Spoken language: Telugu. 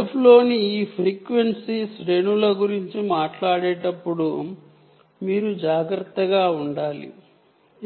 UHF లోని ఈ ఫ్రీక్వెన్సీ రేంజ్ స్ గురించి మాట్లాడేటప్పుడు మీరు జాగ్రత్తగా ఉండాలి